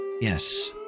Yes